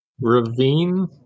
Ravine